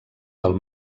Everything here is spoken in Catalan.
del